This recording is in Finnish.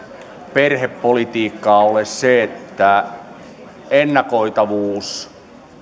perhepolitiikkaa ole se että ennakoitavuus